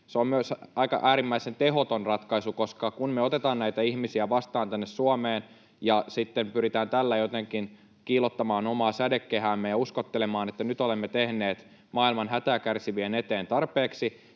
Se on myös aika äärimmäisen tehoton ratkaisu, koska kun me otetaan näitä ihmisiä vastaan tänne Suomeen ja sitten pyritään tällä jotenkin kiillottamaan omaa sädekehäämme ja uskottelemaan, että nyt olemme tehneet maailman hätää kärsivien eteen tarpeeksi,